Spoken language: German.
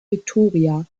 victoria